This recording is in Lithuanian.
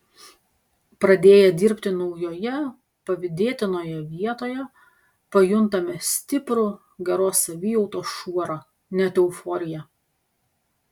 pradėję dirbti naujoje pavydėtinoje vietoje pajuntame stiprų geros savijautos šuorą net euforiją